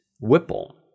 Whipple